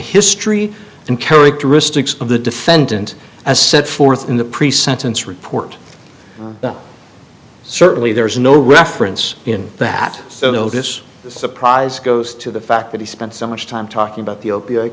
history and characteristics of the defendant as set forth in the pre sentence report but certainly there is no reference in that so no this surprise goes to the fact that he spent so much time talking about the o